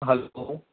hello